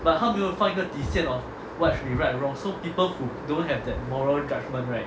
but 他没有放一个底线 of what should be right or wrong so people who don't have that moral judgement right